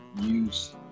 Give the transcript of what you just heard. use